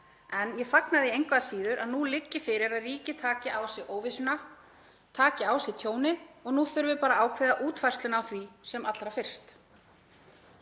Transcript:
Ég fagna því engu að síður að nú liggi fyrir að ríkið taki á sig óvissuna, taki á sig tjónið. Nú þurfum við bara að ákveða útfærsluna á því sem allra fyrst.